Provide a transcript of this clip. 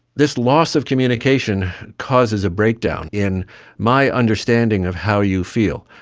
this loss of communication causes a breakdown in my understanding of how you feel.